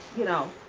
you know.